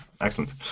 Excellent